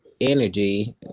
energy